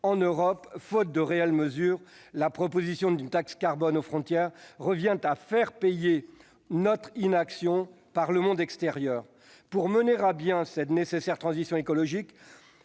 en Europe faute de réelles mesures, la proposition d'une taxe carbone aux frontières revient à faire payer notre inaction par le monde extérieur. Pour mener à bien cette nécessaire transition écologique,